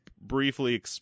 briefly